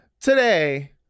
today